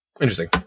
interesting